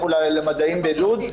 לכו למדעים בלוד,